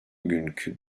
günkü